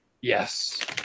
Yes